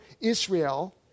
Israel